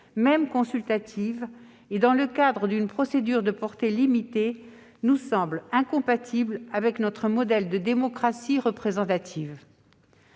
même consultative et dans le cadre d'une procédure de portée limitée, nous semble incompatible avec notre modèle de démocratie représentative.